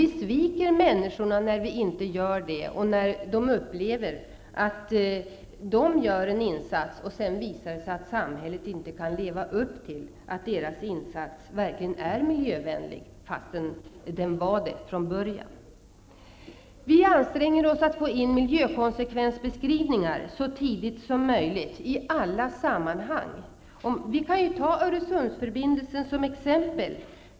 Vi sviker människorna när vi inte ser till det och när de tycker att de gör en insats, samtidigt som samhället inte kan tillgodogöra sig deras miljövänliga insats. Vi anstränger oss för att man så tidigt som möjligt skall få in miljökonsekvensbeskrivningar i alla sammanhang. Ta Öresundsförbindelsen som exempel.